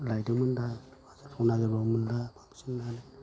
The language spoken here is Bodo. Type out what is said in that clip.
लायदोंमोन दा बाजारखौ नागिरबाबो मोनला बांसिनानो